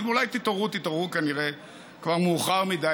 אולי כשתתעוררו, תתעוררו כנראה כבר מאוחר מדי.